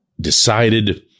Decided